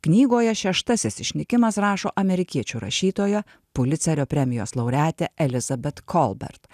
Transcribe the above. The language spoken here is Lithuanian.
knygoje šeštasis išnykimas rašo amerikiečių rašytoja pulicerio premijos laureatė elizabet kolbert